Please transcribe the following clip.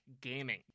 gaming